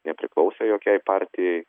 nepriklausė jokiai partijai